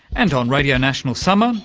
and on radio national summer,